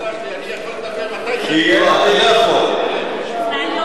תסלח לי, אני יכול לדבר מתי שאני רוצה.